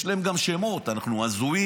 יש להם גם שמות, אנחנו הזויים,